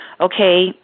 okay